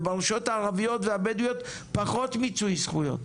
וברשויות הערביות והבדואיות פחות מיצוי זכויות,